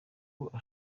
uko